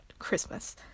Christmas